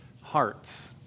Hearts